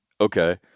okay